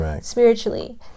spiritually